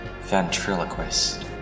Ventriloquist